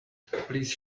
please